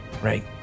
Right